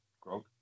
Grog